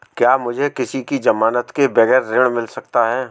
क्या मुझे किसी की ज़मानत के बगैर ऋण मिल सकता है?